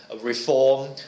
reform